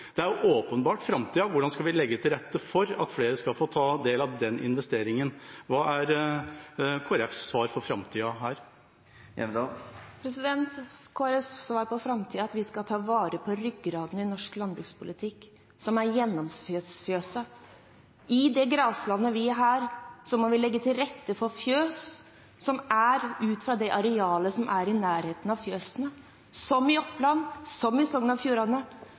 det er åpenbart framtida. Hvordan skal vi legge til rette for at flere skal få ta del i den investeringen? Hva er Kristelig Folkepartis svar når det gjelder framtida her? Kristelig Folkepartis svar når det gjelder framtiden, er at vi skal ta vare på ryggraden i norsk landbrukspolitikk, som er gjennomsnittsfjøset. I det graslandet vi er, må vi legge til rette for fjøs ut fra det arealet som er i nærheten av fjøset – i Oppland, i Sogn og Fjordane,